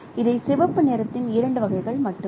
இவை சிவப்பு நிறத்தின் இரண்டு வகைகள் மட்டுமே